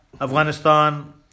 Afghanistan